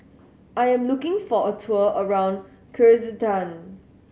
I am looking for a tour around Kyrgyzstan